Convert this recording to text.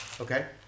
Okay